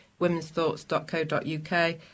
womensthoughts.co.uk